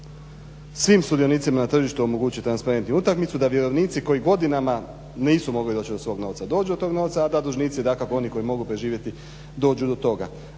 svim sudionicima na tržištu omogući transparentniju utakmicu, da vjerovnici koji godinama nisu mogli doći do svog novca dođu to tog novca, a da dužnici dakako oni koji mogu preživjeti dođu do toga.